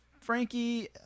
Frankie